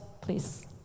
please